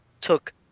took